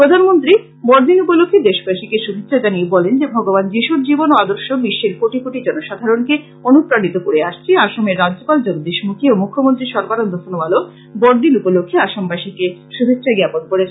প্রধানমান্ত্রী বড়দিন উপলক্ষে দেশবাসীকে শুভেচ্ছা জানিয়ে বলেন যে ভগবান যীশুর জীবন ও আদর্শ বিশ্বের কোটি কোটি জনসাধারণকে অনুপ্রানীত করে আসছে আসামের রাজ্যপাল জগদীশ মূখী ও মুখ্যমন্ত্রী সর্বানন্দ সনোয়ালও বড়দিন উপলক্ষে আসামবাসীকে শুভেচ্ছা ঞ্জাপন করেছেন